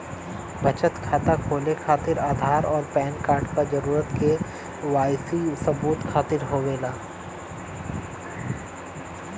बचत खाता खोले खातिर आधार और पैनकार्ड क जरूरत के वाइ सी सबूत खातिर होवेला